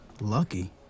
Lucky